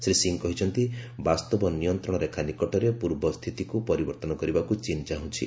ଶ୍ରୀ ସିଂହ କହିଛନ୍ତି ବାସ୍ତବ ନିୟନ୍ତ୍ରଣ ରେଖା ନିକଟରେ ପୂର୍ବ ସ୍ଥିତିକୁ ପରିବର୍ତ୍ତନ କରିବାକୁ ଚୀନ୍ ଚାହୁଁଛି